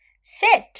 Sit